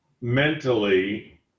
mentally